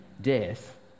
death